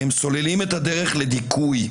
הם סוללים את הדרך לדיכוי,